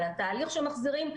על התהליך שמחזירים,